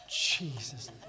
Jesus